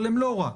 אבל הן לא רק,